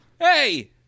hey